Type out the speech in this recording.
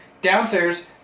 downstairs